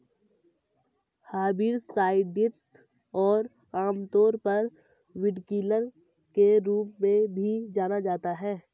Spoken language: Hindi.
हर्बिसाइड्स को आमतौर पर वीडकिलर के रूप में भी जाना जाता है